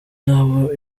nabo